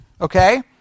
Okay